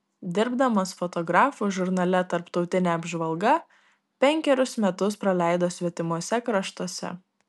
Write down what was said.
dirbdamas fotografu žurnale tarptautinė apžvalga penkerius metus praleido svetimuose kraštuose